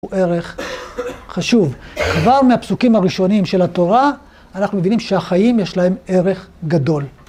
הוא ערך חשוב, כבר מהפסוקים הראשונים של התורה אנחנו מבינים שהחיים יש להם ערך גדול.